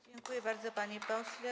Dziękuję bardzo, panie pośle.